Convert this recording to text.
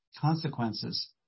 consequences